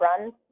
runs